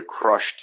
crushed